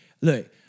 Look